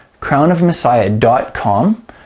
crownofmessiah.com